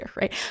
right